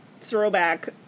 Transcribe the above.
throwback